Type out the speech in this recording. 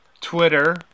Twitter